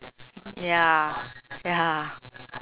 ya ya